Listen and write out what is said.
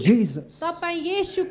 Jesus